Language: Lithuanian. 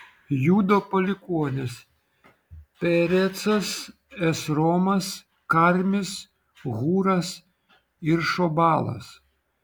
judo palikuonys perecas esromas karmis hūras ir šobalas